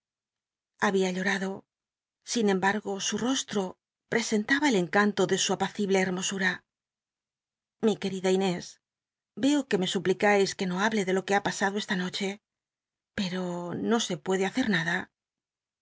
llabia uotado sin embargo su rosllo presen taba el encanto de su apacible hermosum mi qucl'ida inés veo c uc me suplicais que no hable de lo que ha pasado esta noche pero no se puede hacer nada